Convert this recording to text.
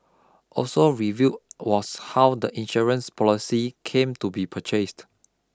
also reveal was how the insurance policy came to be purchased